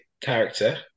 character